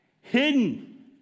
hidden